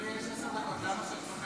למה שש וחצי?